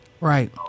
Right